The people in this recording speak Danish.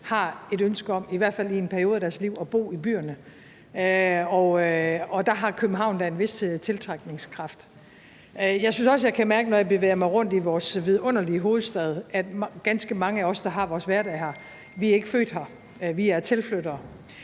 har et ønske om, i hvert fald i en periode af deres liv, at bo i byerne, og der har København da en vis tiltrækningskraft. Jeg synes også, at jeg kan mærke, når jeg bevæger mig rundt i vores vidunderlige hovedstad, at ganske mange af os, der har vores hverdag her, ikke er født her; vi er tilflyttere.